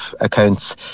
accounts